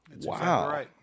Wow